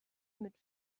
mit